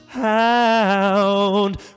Hound